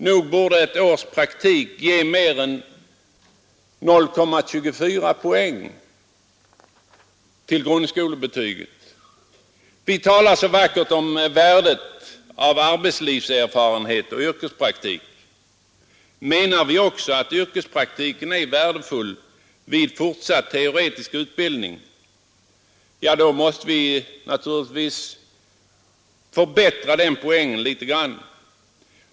Nog borde ett års praktik ge mer än 0,24 poäng till grundskolebetyget. Vi talar så vackert om värdet av arbetslivserfarenhet och yrkespraktik. Menar vi också att yrkespraktiken är värdefull vid fortsatt teoretisk utbildning? Då måste vi naturligtvis förbättra den poängen litet grand.